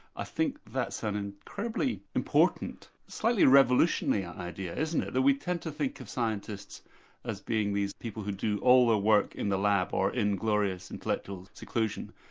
i think that's an incredibly important and slightly revolutionary idea, isn't it, that we tend to think of scientists as being these people who do all their work in the lab or in glorious intellectual seclusion,